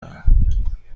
دهم